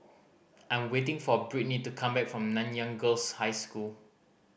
I am waiting for Brittny to come back from Nanyang Girls' High School